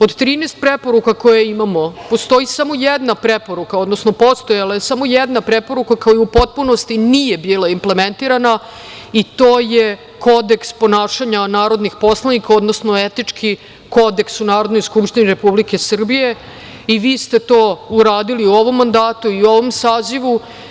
Od 13 preporuka koje imamo, postoji samo jedna preporuka, odnosno postojala je samo jedna preporuka koja u potpunosti nije bila implementirana i to je kodeks ponašanja narodnih poslanika, odnosno etički kodeks u Narodnoj skupštini Republike Srbije i vi ste to uradili u ovom mandatu i ovom sazivu.